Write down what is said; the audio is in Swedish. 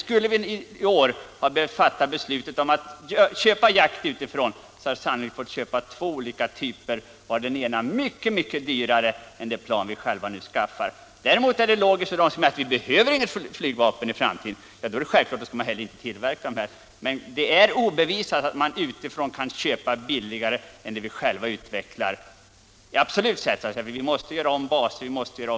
Skulle vi i år ha behövt fatta beslutet om att köpa jaktplan utifrån, hade vi antagligen behövt köpa två olika typer, varav den ena typen blivit mycket dyrare än det plan vi själva nu skaffar. Däremot är det logiskt av dem som anser att vi inte behöver något flygplan i framtiden att hävda att vi inte heller skall tillverka planen här, men det är obevisat att man utifrån kan köpa billigare plan än dem vi själva utvecklar. Ett är säkert: vi måste då göra om baser och utbildningssystem.